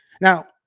now